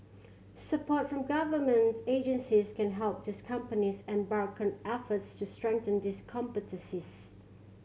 support from government agencies can help these companies embark on efforts to strengthen these competencies